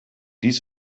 dies